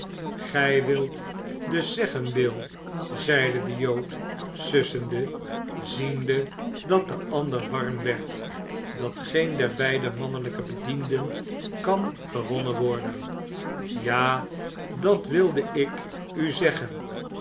gij wilt dus zeggen bill zeide de jood sussende ziende dat de ander warm werd dat geen der beide mannelijke bedienden kan gewonnen worden ja dat wilde ik u zeggen